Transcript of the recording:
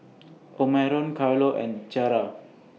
Omarion Carlo and Ciarra